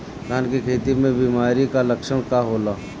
धान के खेती में बिमारी का लक्षण का होला?